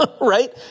right